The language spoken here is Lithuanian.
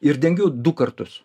ir dengiu du kartus